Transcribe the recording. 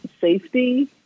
safety